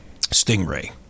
Stingray